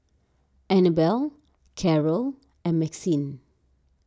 Annabelle Caryl and Maxine